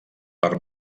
per